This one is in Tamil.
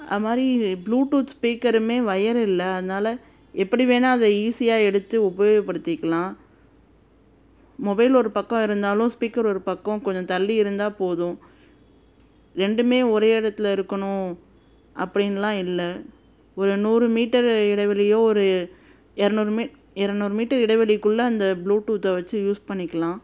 அதுமாதிரி ப்ளூடூத் ஸ்பீக்கருமே ஒயர் இல்லை அதனால் எப்படி வேணுனா அதை ஈஸியாக எடுத்து உபயோகப்படுத்திக்கலாம் மொபைல் ஒரு பக்கம் இருந்தாலும் ஸ்பீக்கர் ஒரு பக்கம் கொஞ்சம் தள்ளி இருந்தால் போதும் ரெண்டுமே ஒரே இடத்துல இருக்கணும் அப்படின்னுலாம் இல்லை ஒரு நூறு மீட்டர் இடைவெளியோ ஒரு எரநூறு எரநூறு மீட்டர் இடைவெளிக்குள்ளே அந்த ப்ளூடூத்தை வெச்சி யூஸ் பண்ணிக்கலாம்